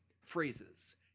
phrases